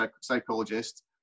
psychologist